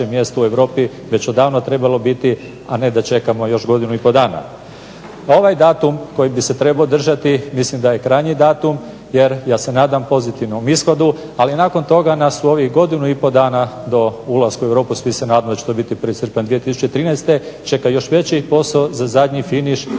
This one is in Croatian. mjesto u Europi već odavno trebalo biti, a ne da čekamo još godinu i pol dana. Ovaj datum koji bi se trebao održati mislim da je krajnji datum, jer ja se nadam pozitivnom ishodu. Ali nakon toga nas u ovih godinu i pol dana do ulaska u Europu svi se nadamo da će to biti 1. srpanj 2013. čeka još veći posao za zadnji finiš da se